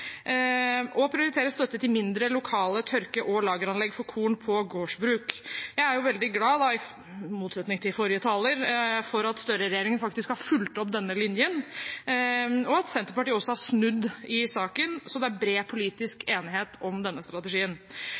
å prioritere støtte til mindre, lokale tørke- og lageranlegg for korn på gårdsbruk. Jeg er veldig glad – i motsetning til forrige taler – for at Støre-regjeringen faktisk har fulgt opp denne linjen, og at Senterpartiet også har snudd i saken så det er bred politisk enighet om denne strategien.